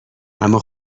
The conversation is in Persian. اما